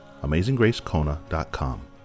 AmazingGraceKona.com